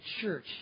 church